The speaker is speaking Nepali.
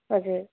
हजुर